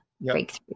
breakthrough